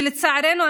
שלצערנו,